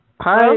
Hi